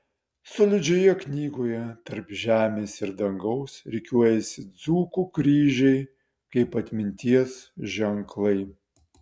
solidžioje knygoje tarp žemės ir dangaus rikiuojasi dzūkų kryžiai kaip atminties ženklai